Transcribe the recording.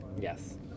Yes